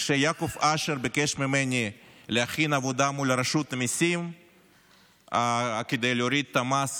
כשיעקב אשר ביקש ממני להכין עבודה מול רשות המיסים כדי להוריד את המס